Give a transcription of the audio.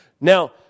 Now